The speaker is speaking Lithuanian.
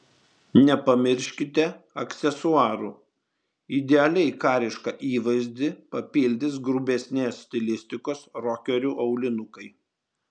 nepamirškite aksesuarų idealiai karišką įvaizdį papildys grubesnės stilistikos rokerių aulinukai